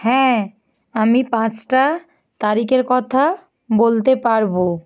হ্যাঁ আমি পাঁচটা তারিখের কথা বলতে পারবো